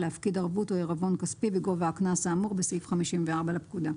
להפקיד ערבות או עירבון כספי בגובה הקנס האמור בסעיף 54 לפקודה.